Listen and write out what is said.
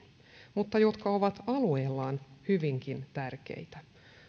mutta jotka ovat alueellaan hyvinkin tärkeitä